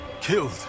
killed